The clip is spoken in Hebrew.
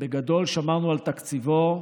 שבגדול שמרנו על תקציבו,